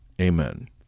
Amen